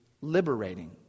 liberating